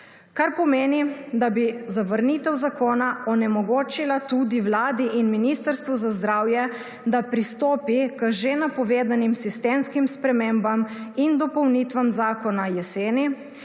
To pomeni, da bi zavrnitev zakona onemogočila tudi Vladi in Ministrstvu za zdravje, da pristopi k že napovedanim sistemskim spremembam in dopolnitvam zakona v jeseni